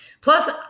Plus